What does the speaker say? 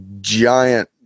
giant